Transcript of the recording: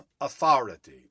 authority